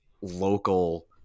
local